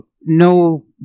no